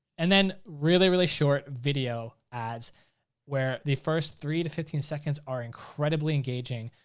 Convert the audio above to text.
and then, really really short video ads where the first three to fifteen seconds are incredibly engaging.